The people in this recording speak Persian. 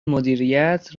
مدیریت